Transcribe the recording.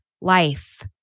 life